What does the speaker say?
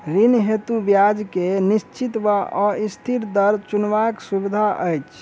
ऋण हेतु ब्याज केँ निश्चित वा अस्थिर दर चुनबाक सुविधा अछि